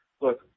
look